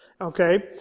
okay